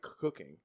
cooking